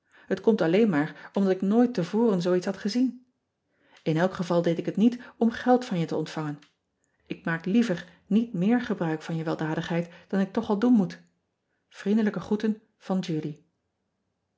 et komt alleen maar omdat ik nooit te voren zoo iets had gezien n elk geval deed ik het niet om geld van je te ontvangen k maak liever niet meer gebruik van je weldadigheid dan ik toch al doen moet riendelijke groeten van udy